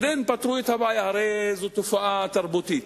זו הרי תופעה תרבותית.